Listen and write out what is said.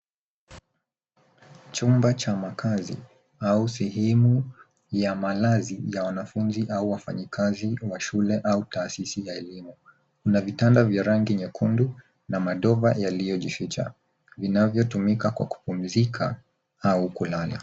Chumba cha makazi au sehemu ya malazi ya wanafunzi au wafanyi kazi wa shule au taasisi ya elimu. Kuna vitanda vya rangi nyekundu na madova yaliyo jificha vinavyo tumika kwa kupumuzika au kulala.